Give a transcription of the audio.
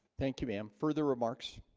thank you. ma'am further remarks